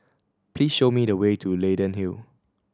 please show me the way to Leyden Hill